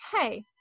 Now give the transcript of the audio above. hey